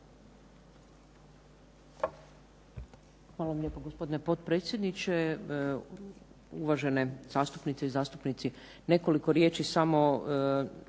Hvala vam lijepo gospodine potpredsjedniče. Uvažene zastupnice i zastupnici. Nekoliko riječi samo